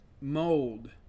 mold